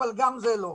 אבל גם זה לא.